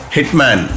Hitman